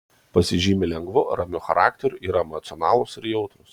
pasižymi lengvu ramiu charakteriu yra emocionalūs ir jautrūs